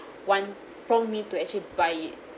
one prompt me to actually buy it